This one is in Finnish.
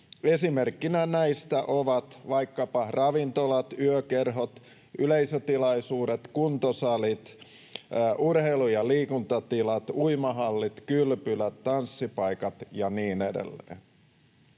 Esimerkkinä näistä ovat vaikkapa ravintolat, yökerhot, yleisötilaisuudet, kuntosalit, urheilu- ja liikuntatilat, uimahallit, kylpylät, tanssipaikat ja niin edelleen.